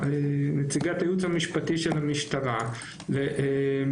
נציגת הייעוץ המשפטי של המשטרה תוכל להתייחס